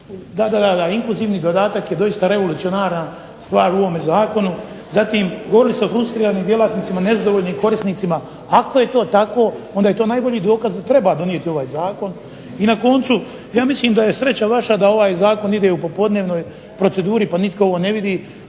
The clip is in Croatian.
Da, da inkluzivni dodatak je doista revolucionarna stvar u ovom zakonu. Zatim govorili ste o …/Ne razumije se./… djelatnicima, nezadovoljnim korisnicima. Ako je to tako, onda je to najbolji zakon da treba donijeti ovaj zakon. I na koncu ja mislim da je sreća vaša da ovaj zakon ide u popodnevnoj proceduri pa nitko ovo ne vidi